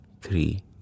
three